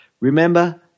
Remember